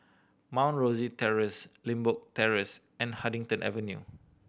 Mount Rosie Terrace Limbok Terrace and Huddington Avenue